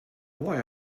why